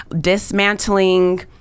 dismantling